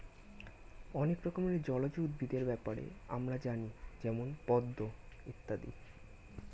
অনেক রকমের জলজ উদ্ভিদের ব্যাপারে আমরা জানি যেমন পদ্ম ইত্যাদি